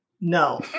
no